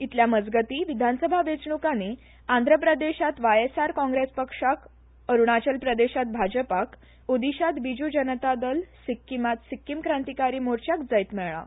इतले मजगतीं विधानसभा वेंचणुकांनी आंध्र प्रदेशांत व्हायएसआर काँग्रेस पक्षाक अरुणाचल प्रदेशांत भाजपाक ओडिशांत बिजू जनता दल सिक्कीमांत सिक्कीम क्रांतीकारी मोर्चाक जैत मेळ्ळां